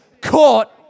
caught